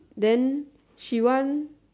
then she want